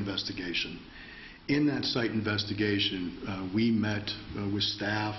investigation in that state investigation we met with staff